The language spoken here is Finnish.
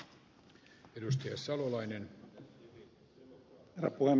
herra puhemies